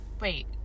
Wait